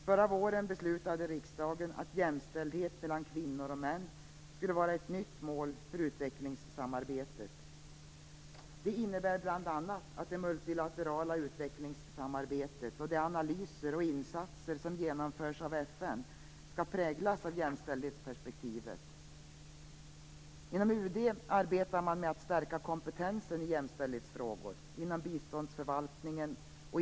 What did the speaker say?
Förra våren beslutade riksdagen att jämställdhet mellan kvinnor och män skulle vara ett nytt mål för utvecklingssamarbetet. Det innebär bl.a. att det multilaterala utvecklingssamarbetet och de analyser och insatser som genomförs av FN skall präglas av jämställdhetsperspektivet. Inom UD arbetar man med att stärka kompetensen i jämställdhetsfrågor inom biståndsförvaltningen.